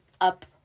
up